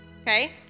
okay